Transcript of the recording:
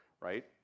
right